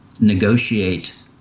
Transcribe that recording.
negotiate